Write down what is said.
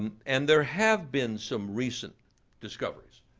and and there have been some recent discoveries.